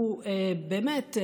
באמת,